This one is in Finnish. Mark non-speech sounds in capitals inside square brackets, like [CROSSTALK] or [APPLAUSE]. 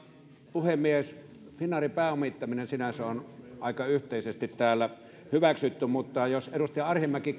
puhemies finnairin pääomittaminen sinänsä on aika yhteisesti täällä hyväksytty mutta jos edustaja arhinmäki [UNINTELLIGIBLE]